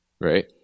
right